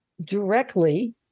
directly